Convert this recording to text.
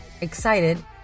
excited